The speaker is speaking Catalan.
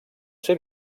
ser